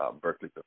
Berkeley